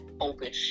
open